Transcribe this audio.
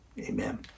amen